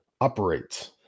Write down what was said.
operates